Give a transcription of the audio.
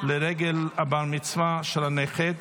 לרגל הבר-מצווה של הנכד,